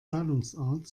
zahlungsart